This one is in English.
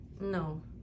No